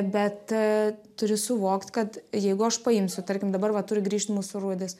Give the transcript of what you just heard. bet turi suvokti kad jeigu aš paimsiu tarkim dabar va turi grįžti mūsų rudis